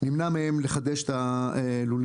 נמנע מהם לחדש את הלולים,